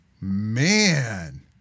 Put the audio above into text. Man